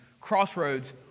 Crossroads